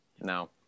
no